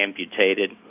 amputated